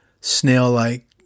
snail-like